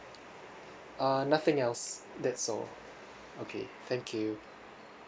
uh nothing else that's all okay thank you